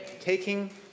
Taking